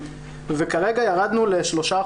וכרגע ירדנו ל-3%,